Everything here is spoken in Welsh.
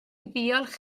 ddiolch